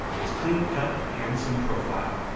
his clean-cut, handsome profile,